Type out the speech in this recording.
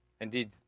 Indeed